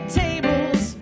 tables